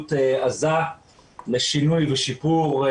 התנגדות עזה לשינוי ושיפור.